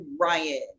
Ryan